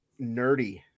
Nerdy